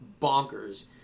bonkers